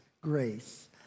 grace